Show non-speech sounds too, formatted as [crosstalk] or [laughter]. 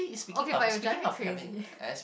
okay but they'll drive me crazy [laughs]